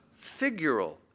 figural